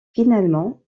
finalement